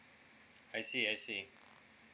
I see I see